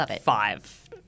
five